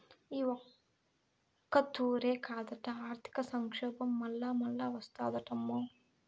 ఈ ఒక్కతూరే కాదట, ఆర్థిక సంక్షోబం మల్లామల్లా ఓస్తాదటమ్మో